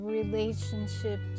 relationship